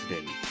today